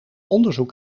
onderzoek